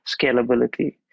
scalability